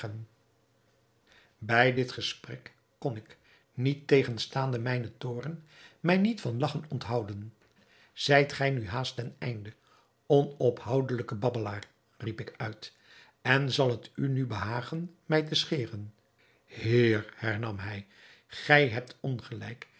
bij dit gesprek kon ik niettegenstaande mijnen toorn mij niet van lagchen onthouden zijt gij nu haast ten einde onophoudelijke babbelaar riep ik uit en zal het u nu behagen mij te scheren heer hernam hij gij hebt ongelijk